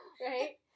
right